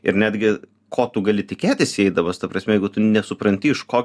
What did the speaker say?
ir netgi ko tu gali tikėtis įeidamas ta prasme jeigu tu nesupranti iš ko